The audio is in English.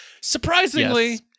surprisingly